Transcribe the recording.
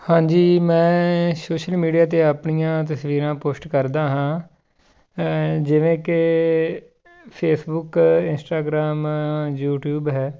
ਹਾਂਜੀ ਮੈਂ social media 'ਤੇ ਆਪਣੀਆਂ ਤਸਵੀਰਾਂ ਪੋਸਟ ਕਰਦਾ ਹਾਂ ਜਿਵੇਂ ਕਿ ਫੇਸਬੁੱਕ ਇੰਸਟਾਗਰਾਮ ਯੂਟਿਊਬ ਹੈ